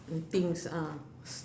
the things ah